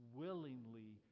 willingly